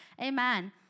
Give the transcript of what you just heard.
Amen